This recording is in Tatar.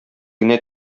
генә